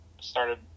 started